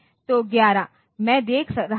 तो 11 मैं देख रहा हूँ